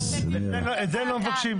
את זה לא מבקשים.